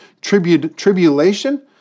tribulation